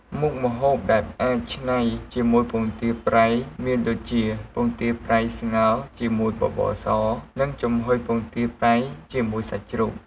មុខម្ហូបដែលអាចច្នៃជាមួយពងទាប្រៃមានដូចជា ពងទាប្រៃស្ងោរជាមួយបបរស និងចំហុយពងទាប្រៃជាមួយសាច់ជ្រូក។